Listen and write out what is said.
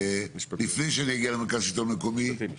לפני שנגיע למרכז השלטון המקומי --- משרד המשפטים.